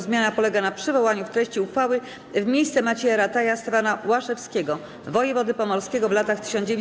Zmiana polega na przywołaniu w treści uchwały w miejsce Macieja Rataja Stefana Łaszewskiego, wojewody pomorskiego w latach 1919–1920.